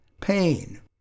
pain